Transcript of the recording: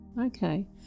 okay